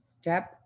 step